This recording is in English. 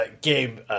game